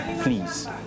please